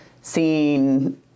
seeing